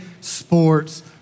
sports